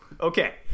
Okay